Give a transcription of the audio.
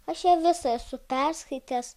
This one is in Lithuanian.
aš ją visą esu perskaitęs